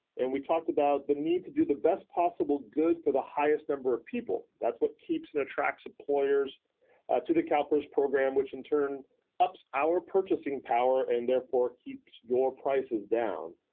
and we talked about the need to do the best possible good for the highest number of people. that's what keeps and attracts employers to the calpers program which in turn ups our purchasing power and therefore keeps your prices down.